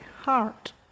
heart